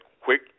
quick –